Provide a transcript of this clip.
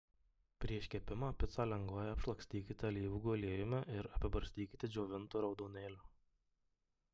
prieš kepimą picą lengvai apšlakstykite alyvuogių aliejumi ir apibarstykite džiovintu raudonėliu